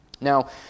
Now